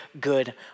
good